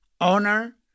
owner